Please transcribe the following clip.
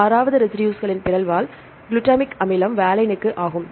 6 வது ரெசிடுஸ்களின் பிறழ்வால் குளுட்டமிக் அமிலம் வாலைனுக்கு ஆகும்